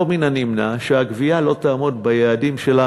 לא מן הנמנע שהגבייה לא תעמוד ביעדים שלה,